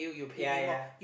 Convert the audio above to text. ya ya